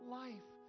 life